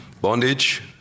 bondage